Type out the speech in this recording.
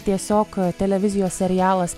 tiesiog televizijos serialas